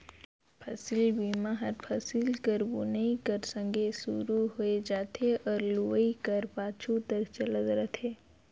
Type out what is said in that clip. फसिल बीमा हर फसिल कर बुनई कर संघे सुरू होए जाथे अउ लुवई कर पाछू तक चलत रहथे